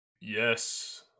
Yes